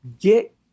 get